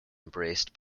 embraced